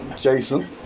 Jason